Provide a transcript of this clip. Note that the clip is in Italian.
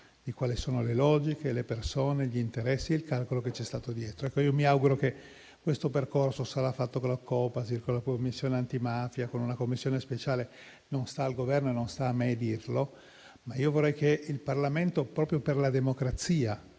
su quali sono le logiche, le persone, gli interessi e il calcolo che ci sono stati dietro. Mi auguro che questo percorso sarà fatto. Che sia fatto con il Copasir, con la Commissione antimafia o con una Commissione speciale, non sta al Governo e non sta a me dirlo. Ma vorrei che il Parlamento, proprio per la democrazia,